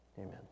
amen